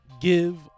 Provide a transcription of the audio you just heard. give